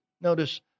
Notice